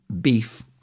beef